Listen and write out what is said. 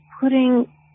putting